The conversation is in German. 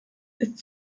ist